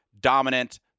dominant